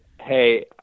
Hey